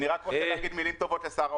לא, אני רק רוצה להגיד מילים טובות לשר האוצר.